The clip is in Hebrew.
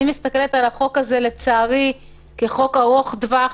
אני מסתכלת על החוק הזה לצערי כחוק ארוך טווח,